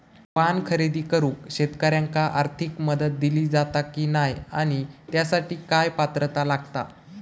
वाहन खरेदी करूक शेतकऱ्यांका आर्थिक मदत दिली जाता की नाय आणि त्यासाठी काय पात्रता लागता?